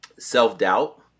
self-doubt